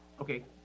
okay